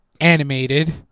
animated